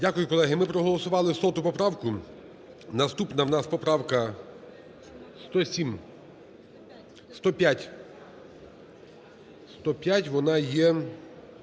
Дякую, колеги. Ми проголосували 100 поправку. Наступна в нас поправка 107… 105.